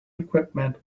equipment